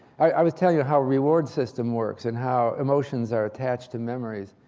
i was telling him how reward system works and how emotions are attached to memories.